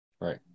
right